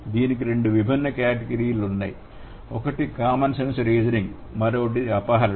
దీనికి రెండు విభిన్న కేటగిరీలు ఉన్నాయి ఒకటి కామన్ సెన్స్ రీజనింగ్ మరియు రెండవది అపహరణ